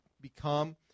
become